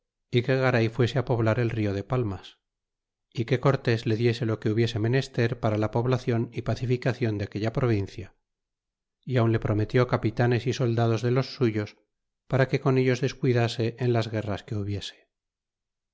que garay fuese á poblar el rio de palmas é que cortés le diese lo que hubiese menester para la poblacion y pacificacion de aquella provincia y aun le prometió capitanes y soldados delos suyos para que con ellos descuidase en las guerras que hubiese